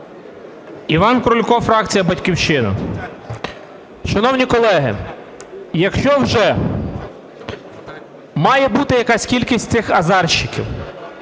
Іван Крулько, фракція "Батьківщина". Шановні колеги, якщо вже має бути якась кількість цих азарщиків,